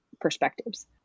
perspectives